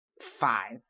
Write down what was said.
Five